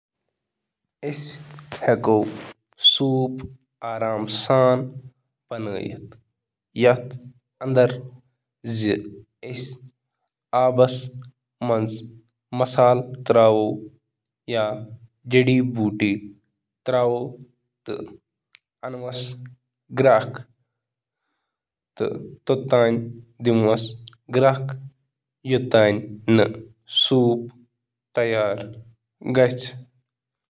وضاحت کٔرِو زِ اکھ سادٕ سوپ کِتھ کٔنۍ چھُ بناوُن۔